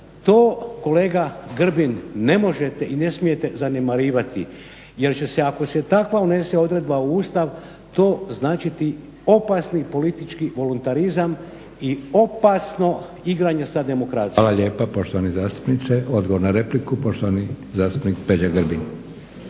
to kolega Grbin ne možete i ne smijete zanemarivati jer će se ako se takva unese odredba u Ustav to značiti opasni politički voluntarizam i opasno igranje sa demokracijom. **Leko, Josip (SDP)** Hvala lijepa poštovani zastupniče. Odgovor na repliku poštovani zastupnik Peđa Grbin.